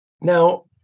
Now